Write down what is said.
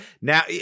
Now